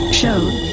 show